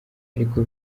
ariko